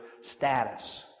status